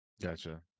Gotcha